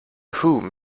whom